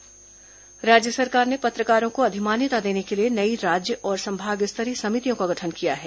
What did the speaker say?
पत्रकार अधिमान्यता समिति राज्य सरकार ने पत्रकारों को अधिमान्यता देने के लिए नई राज्य और संभाग स्तरीय समितियों का गठन किया है